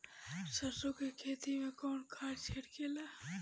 सरसो के खेती मे कौन खाद छिटाला?